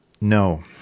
No